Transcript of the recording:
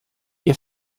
ihr